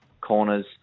corners